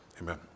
amen